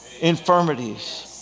infirmities